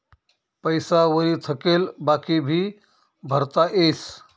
पैसा वरी थकेल बाकी भी भरता येस